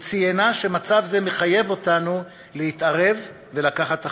היא ציינה שמצב זה מחייב אותנו להתערב ולקחת אחריות.